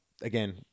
again